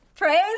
Praise